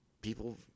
people